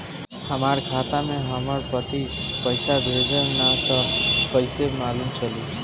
हमरा खाता में हमर पति पइसा भेजल न ह त कइसे मालूम चलि?